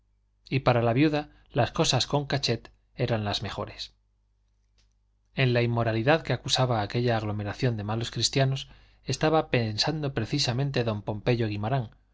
y para la viuda las cosas con cachet eran las mejores en la inmoralidad que acusaba aquella aglomeración de malos cristianos estaba pensando precisamente don pompeyo guimarán